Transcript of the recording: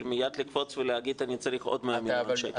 מיד לקפוץ ולהגיד: אני צריך עוד 100 מיליון שקל.